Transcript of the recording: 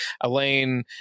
Elaine